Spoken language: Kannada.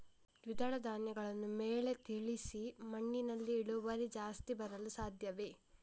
ದ್ವಿದಳ ಧ್ಯಾನಗಳನ್ನು ಮೇಲೆ ತಿಳಿಸಿ ಮಣ್ಣಿನಲ್ಲಿ ಇಳುವರಿ ಜಾಸ್ತಿ ಬರಲು ಸಾಧ್ಯವೇ?